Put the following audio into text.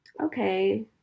okay